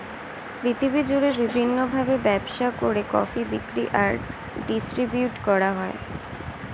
পৃথিবী জুড়ে বিভিন্ন ভাবে ব্যবসা করে কফি বিক্রি আর ডিস্ট্রিবিউট হয়